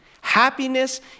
Happiness